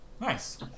Nice